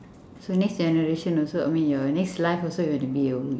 so next generation also I mean your next life also you want to be a woman